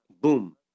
boom